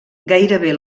gairebé